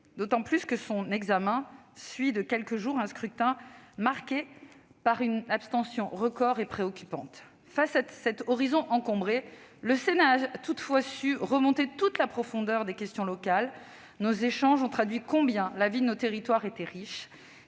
d'autant que son examen a suivi de quelques jours un scrutin marqué par une abstention record et préoccupante. Face à cet horizon encombré, le Sénat a toutefois su faire remonter toute la profondeur des problématiques locales. Nos échanges ont traduit combien la vie de nos territoires était riche